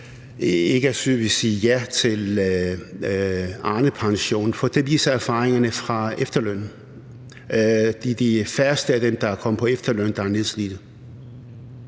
syge, vil sige ja til Arnepensionen, for det viser erfaringerne fra efterlønnen. Det er de færreste af dem, der er kommet på efterløn, der er nedslidte.